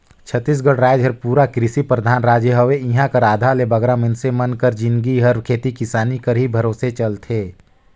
छत्तीसगढ़ राएज हर पूरा किरसी परधान राएज हवे इहां कर आधा ले बगरा मइनसे मन कर जिनगी हर खेती किसानी कर ही भरोसे चलथे